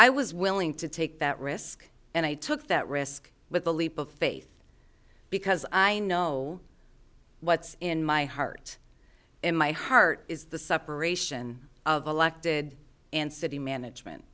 i was willing to take that risk and i took that risk with a leap of faith because i know what's in my heart in my heart is the separation of elected and city management